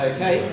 Okay